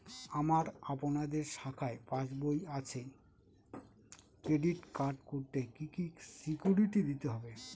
আমার আপনাদের শাখায় পাসবই আছে ক্রেডিট কার্ড করতে কি কি সিকিউরিটি দিতে হবে?